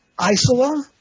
Isola